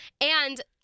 And-